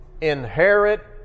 inherit